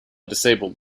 disabled